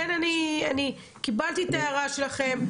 קיבלתי את ההערה שלכם,